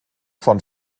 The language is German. von